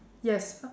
yes